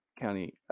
county